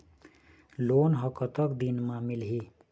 Loan ह कतक दिन मा मिलही?